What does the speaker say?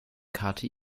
karte